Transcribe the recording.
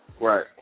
Right